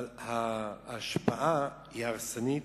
אבל ההשפעה היא הרסנית,